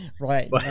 right